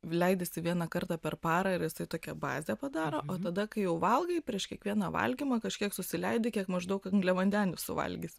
leidiesi vieną kartą per parą ir jisai tokią bazę padaro o tada kai jau valgai prieš kiekvieną valgymą kažkiek susileidi kiek maždaug angliavandenių suvalgysi